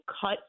cut